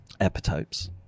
epitopes